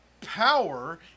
power